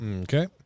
Okay